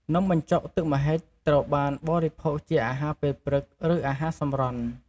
នំបញ្ចុកទឹកម្ហិចត្រូវបានបរិភោគជាអាហារពេលព្រឹក ឬអាហារសម្រន់។